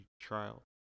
trial